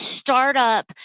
startup